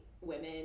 women